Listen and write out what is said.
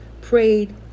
prayed